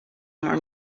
more